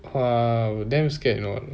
!wah! damn scared or not